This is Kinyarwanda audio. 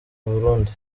burundi